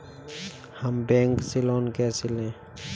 हम बैंक से लोन कैसे लें?